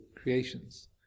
creations